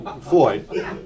Floyd